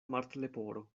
martleporo